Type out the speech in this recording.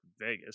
vegas